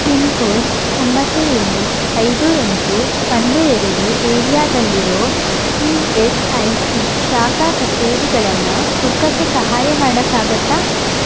pin code ಒಂಬತ್ತು ಏಳು ಐದು ಎಂಟು ಒಂದು ಎರಡು ಏರಿಯಾದಲ್ಲಿರೋ ಇ ಎಸ್ ಐ ಸಿ ಶಾಖಾ ಕಚೇರಿಗಳನ್ನು ಹುಡ್ಕೋಕ್ಕೆ ಸಹಾಯ ಮಾಡೋಕ್ಕಾಗತ್ತಾ